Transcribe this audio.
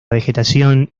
vegetación